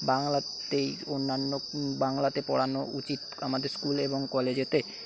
বাংলাতেই অন্যান্য বাংলাতে পড়ানো উচিত আমাদের স্কুলে এবং কলেজেতে